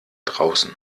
draußen